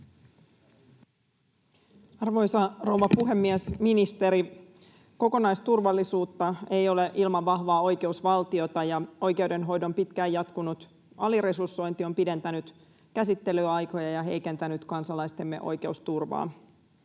Arvoisa rouva puhemies, ministeri! Kokonaisturvallisuutta ei ole ilman vahvaa oikeusvaltiota. Oikeudenhoidon pitkään jatkunut aliresursointi on pidentänyt käsittelyaikoja ja heikentänyt kansalaistemme oikeusturvaa.